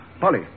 Polly